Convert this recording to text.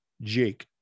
jake